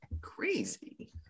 Crazy